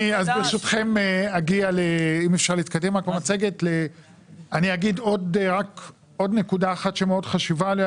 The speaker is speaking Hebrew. אני אגיד רק עוד נקודה אחת שמאוד חשובה לי,